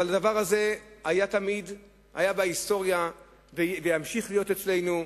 והדבר הזה היה תמיד בהיסטוריה וימשיך להיות אצלנו,